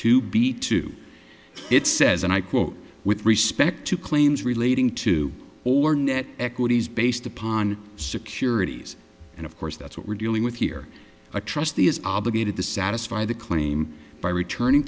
to be two it says and i quote with respect to claims relating to or net equities based upon securities and of course that's what we're dealing with here i trust the is obligated to satisfy the claim by returning